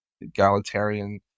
egalitarian